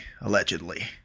allegedly